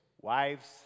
Wives